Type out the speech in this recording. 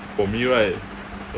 for me right